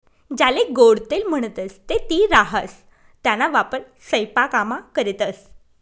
ज्याले गोडं तेल म्हणतंस ते तीळ राहास त्याना वापर सयपाकामा करतंस